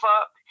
up